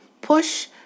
push